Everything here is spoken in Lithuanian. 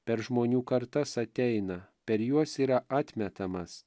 per žmonių kartas ateina per juos yra atmetamas